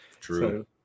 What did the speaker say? True